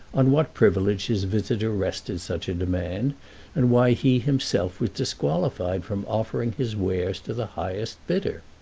on what privilege his visitor rested such a demand and why he himself was disqualified from offering his wares to the highest bidder.